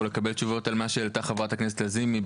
ולקבל תשובות על מה שהעלתה חברת הכנסת לזימי,